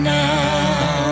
now